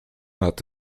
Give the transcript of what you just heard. hat